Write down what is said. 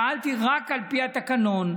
פעלתי רק על פי התקנון,